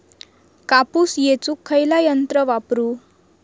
कापूस येचुक खयला यंत्र वापरू?